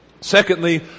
Secondly